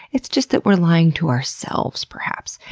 it's just that we're lying to ourselves, perhaps.